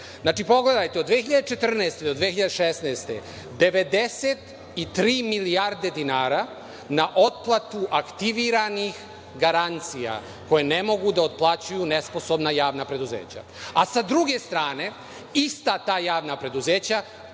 Znači, pogledajte, od 2014. do 20016. godine - 93 milijarde dinara na otplatu aktiviranih garancija koje ne mogu da otplaćuju nesposobna javna preduzeća. Sa druge strane, ista ta javna preduzeća,